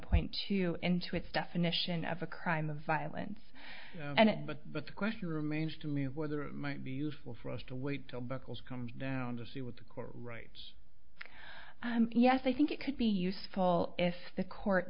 point two into its definition of a crime of violence and it but the question remains to me whether might be useful for us to wait till buckles comes down to see what the court writes yes i think it could be useful if the court